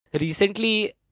recently